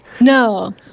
No